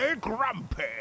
grumpy